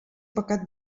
pecat